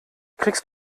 kriegst